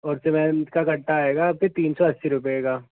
और सीमेंट का कट्टा का आएगा आपके तीन सौ अस्सी रुपए का